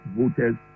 voters